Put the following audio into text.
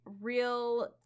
real